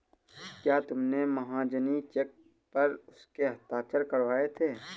क्या तुमने महाजनी चेक पर उसके हस्ताक्षर करवाए थे?